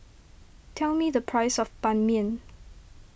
tell me the price of Ban Mian